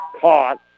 caught